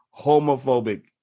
homophobic